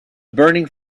burning